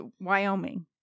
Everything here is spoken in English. Wyoming